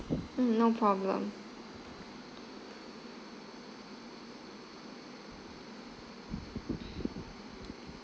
mm no problem